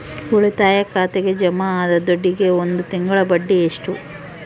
ಉಳಿತಾಯ ಖಾತೆಗೆ ಜಮಾ ಆದ ದುಡ್ಡಿಗೆ ಒಂದು ತಿಂಗಳ ಬಡ್ಡಿ ಎಷ್ಟು?